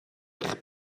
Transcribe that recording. eich